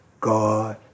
God